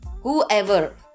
Whoever